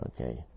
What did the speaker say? Okay